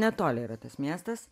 netoli yra tas miestas